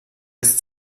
ist